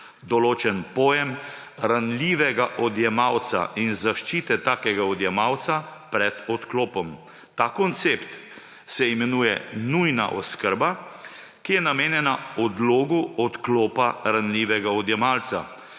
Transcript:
določen pojem ranljivega odjemalca in zaščite takega odjemalca pred odklopom. Ta koncept se imenuje nujna oskrba, ki je namenjena odlogu odklopa ranljivega odjemalca,